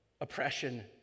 oppression